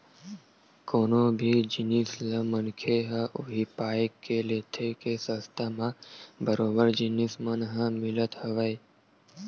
कोनो भी जिनिस ल मनखे ह उही पाय के लेथे के सस्ता म बरोबर जिनिस मन ह मिलत हवय